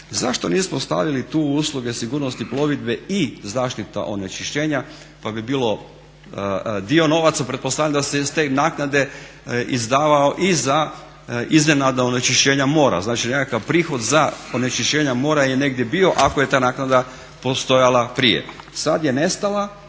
zašto nismo stavili tu usluge sigurnosti plovidbe i zaštita od onečišćenja pa bi bilo dio novaca pretpostavljam da se iz te naknade izdavao i za iznenadna onečišćenja mora, znači nekakav prihod za onečišćenja mora je negdje bio ako je ta naknada postojala prije. Sad je nestala,